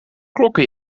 klokken